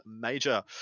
major